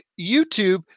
YouTube